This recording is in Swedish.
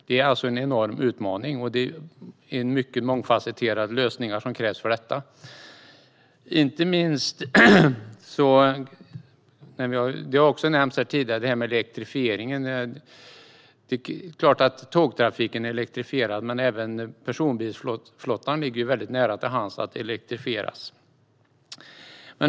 Det är alltså en enorm utmaning, och det är mycket mångfasetterade lösningar som krävs för detta. Elektrifieringen har nämnts här tidigare. Det är klart att tågtrafiken är elektrifierad, men även personbilsflottan ligger väldigt nära till hands att elektrifiera.